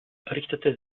richtete